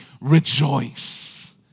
rejoice